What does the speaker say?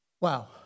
wow